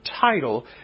title